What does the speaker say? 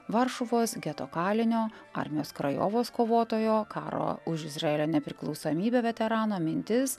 varšuvos geto kalinio armijos krajovos kovotojo karo už izraelio nepriklausomybę veterano mintis